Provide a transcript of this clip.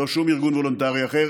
לא שום ארגון וולונטרי אחר,